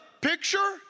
picture